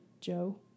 Joe